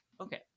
Okay